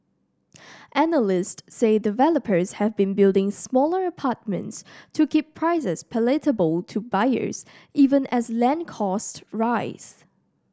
analysts say developers have been building smaller apartments to keep prices palatable to buyers even as land costs rise